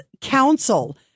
counsel